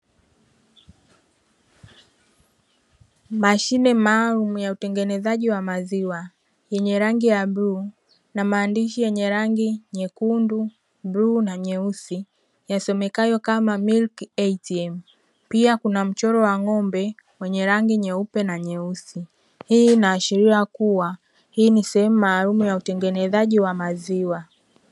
Mashine maalum ya utengenezaji wa maziwa yenye rangi ya bluu na maandishi yenye rangi nyekundu, bluu na nyeusi yasomekayo kama "Milk ATM" pia kuna mchoro wa ng'ombe mwenye rangi nyeupe na nyeusi. Hii inaashiria kua hii ni semehu maalum ya utengenezaji wa maziwa.